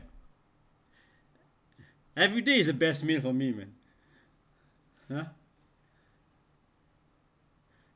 every day is the best meal for me man ah